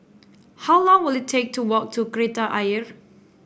how long will it take to walk to Kreta Ayer